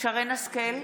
שרן מרים השכל,